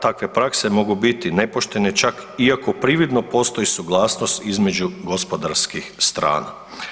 Takve prakse mogu biti nepoštene čak iako providimo postoji suglasnost između gospodarskih strana.